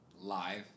live